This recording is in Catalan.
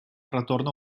retorna